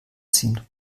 ziehen